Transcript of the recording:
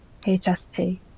HSP